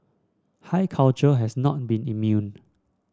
high culture has not been immune